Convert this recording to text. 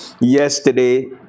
yesterday